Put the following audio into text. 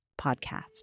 podcast